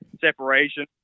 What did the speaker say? separation